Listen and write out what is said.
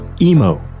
emo